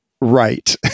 Right